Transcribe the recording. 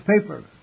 paper